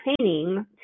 training